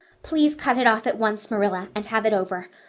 please cut it off at once, marilla, and have it over.